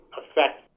affect